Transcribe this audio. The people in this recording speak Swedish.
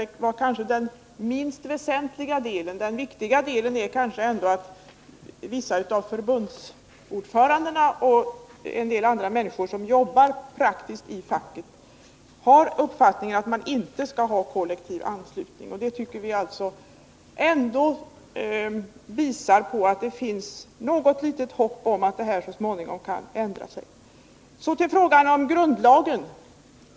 Det var kanske den minst väsentliga delen — det viktiga är ändå att vissa av förbundsordförandena och en del andra människor som jobbar praktiskt i facket har den uppfattningen att man inte skall ha kollektivanslutning. Det tycker vi visar att det finns något litet hopp om att det så småningom blir en annan ordning.